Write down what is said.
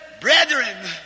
Brethren